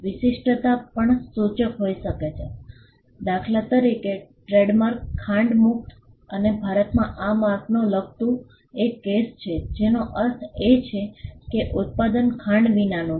વિશિષ્ટતા પણ સૂચક હોઈ શકે છે દાખલા તરીકે ટ્રેડમાર્ક ખાંડ મુક્ત અને ભારતમાં આ માર્કને લગતું એક કેસ છે જેનો અર્થ એ છે કે ઉત્પાદન ખાંડ વિનાનું છે